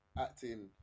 acting